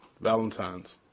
Valentine's